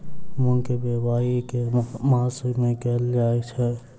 मूँग केँ बोवाई केँ मास मे कैल जाएँ छैय?